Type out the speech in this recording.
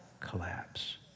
collapse